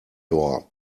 door